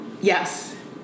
yes